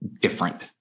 different